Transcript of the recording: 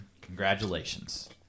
Congratulations